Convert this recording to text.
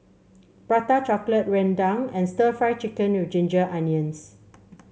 Prata Chocolate Rendang and stir Fry Chicken with Ginger Onions